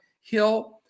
hill